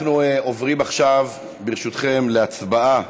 אנחנו עוברים עכשיו, ברשותכם, להצבעה